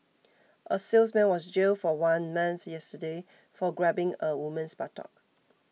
a salesman was jailed for one month yesterday for grabbing a woman's buttock